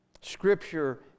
Scripture